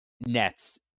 Nets